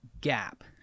gap